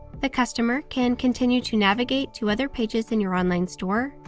the customer can continue to navigate to other pages in your online store,